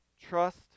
trust